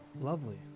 lovely